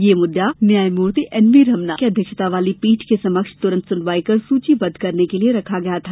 यह मुद्दा न्यायमूर्ति एन वी रमना की अध्यक्षता वाली पीठ के समक्ष तुरंत सुनवाई कर सूचीबद्द करने के लिये रखा गया था